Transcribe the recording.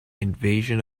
invasion